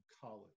college